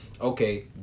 okay